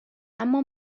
اما